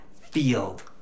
field